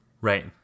Right